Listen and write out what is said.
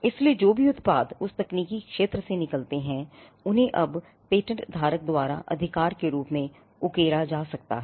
इसलिए जो भी उत्पाद उस तकनीकी क्षेत्र से निकल सकते हैं उन्हें अब पेटेंट धारक द्वारा अधिकार के रूप में उकेरा जा सकता है